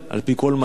על-פי כל מדד.